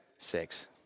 Six